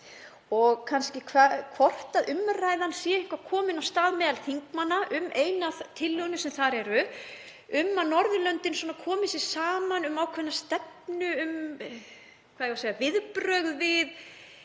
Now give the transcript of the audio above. um hana og hvort umræðan sé eitthvað komin af stað meðal þingmanna um eina af tillögunum sem þar eru, um að Norðurlöndin komi sér saman um ákveðna stefnu um viðbrögð við